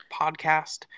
Podcast